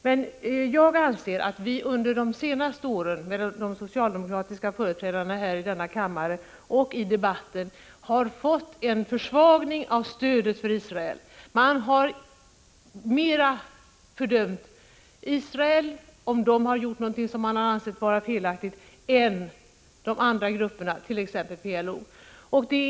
Men jag anser att vi under de senaste åren — hos de socialdemokratiska företrädarna i denna kammare och i debatten — har fått en försvagning av stödet för Israel. Man har mer fördömt Israel om det landet har gjort någonting som man har ansett vara felaktigt än de andra grupperna, t.ex. PLO.